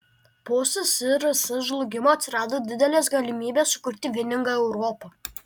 po ssrs žlugimo atsirado didelės galimybės sukurti vieningą europą